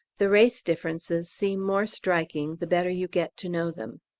the race differences seem more striking the better you get to know them.